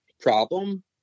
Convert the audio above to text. problem